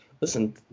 listen